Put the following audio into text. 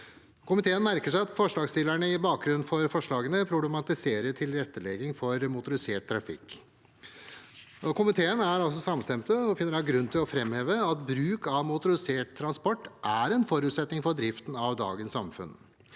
Komiteen merker seg at forslagsstillerne som bakgrunn for forslagene problematiserer tilrettelegging for motorisert trafikk. Komiteen er samstemt og finner grunn til å framheve at bruk av motorisert transport er en forutsetning for driften av dagens samfunn.